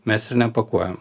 mes ir nepakuojam